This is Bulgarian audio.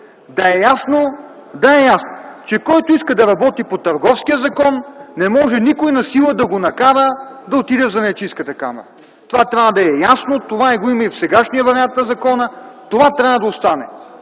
да е ясно, че който иска да работи по Търговския закон, не може никой да го накара насила да отиде в Занаятчийската камара. Това трябва да е ясно. Това е и по сегашния вариант на закона, то трябва да остане.